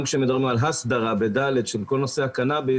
גם כשמדברים על הסדרה של כל נושא הקנביס,